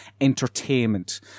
Entertainment